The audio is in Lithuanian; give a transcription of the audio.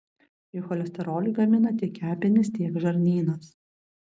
juk cholesterolį gamina tiek kepenys tiek žarnynas